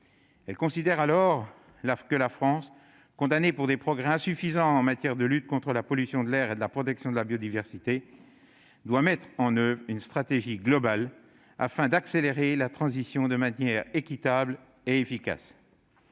Elle considère que la France, condamnée pour ses progrès insuffisants en matière de lutte contre la pollution de l'air et de protection de la biodiversité, doit mettre en oeuvre une stratégie globale afin d'accélérer la transition de manière équitable et efficace.